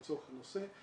לצורך הנושא,